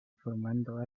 formando